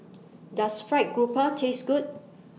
Does Fried Grouper Taste Good